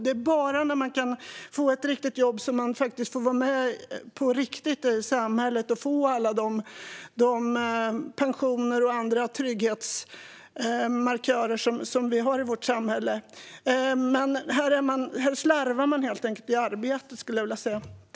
Det är ju bara när man har ett riktigt jobb som man får vara med på riktigt i samhället och få alla de pensioner och andra trygghetsmarkörer som vi har i vårt samhälle. Här slarvar man helt enkelt i arbetet.